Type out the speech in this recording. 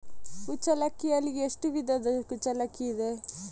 ಕುಚ್ಚಲಕ್ಕಿಯಲ್ಲಿ ಎಷ್ಟು ವಿಧದ ಕುಚ್ಚಲಕ್ಕಿ ಇದೆ?